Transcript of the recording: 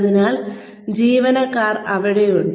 അതിനാൽ ജീവനക്കാർ അവിടെയുണ്ട്